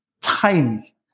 tiny